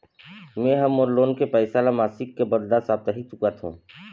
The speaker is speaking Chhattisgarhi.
में ह मोर लोन के पैसा ला मासिक के बदला साप्ताहिक चुकाथों